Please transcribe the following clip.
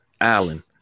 Allen